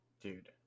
Dude